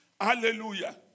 hallelujah